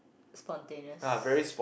spontaneous